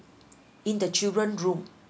in the children room